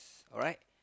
alright